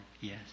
Yes